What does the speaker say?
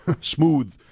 smooth